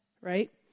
right